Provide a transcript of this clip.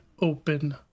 open